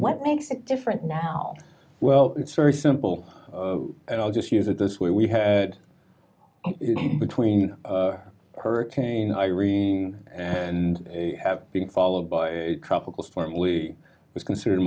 what makes it different now well it's very simple and i'll just use it this way we had between hurricane irene and have been followed by a tropical storm lee was considered